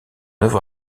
œuvre